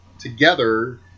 together